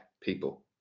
people